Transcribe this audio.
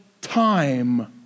time